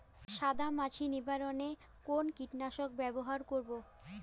সাদা মাছি নিবারণ এ কোন কীটনাশক ব্যবহার করব?